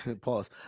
Pause